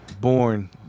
born